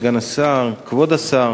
אדוני היושב-ראש, סגן השר, כבוד השר,